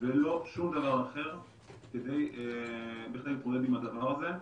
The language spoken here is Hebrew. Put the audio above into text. ולא בשום דבר אחר כדי להתמודד עם הדבר הזה.